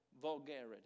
vulgarity